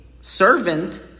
servant